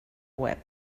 web